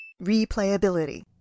Replayability